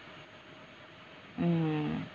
mm